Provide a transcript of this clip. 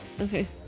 Okay